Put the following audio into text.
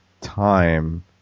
time